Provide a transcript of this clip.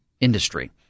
industry